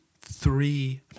three